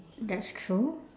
that's true